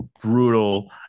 brutal